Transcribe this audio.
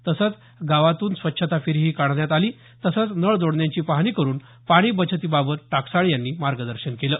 तसंच गावातून स्वच्छता फेरी काढून नळ जोडण्यांची पाहणी करून पाणी बचती बाबत टाकसाळे यांनी मार्गदर्शन केलं